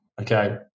Okay